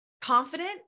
confident